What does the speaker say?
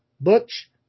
Butch